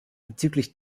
bezüglich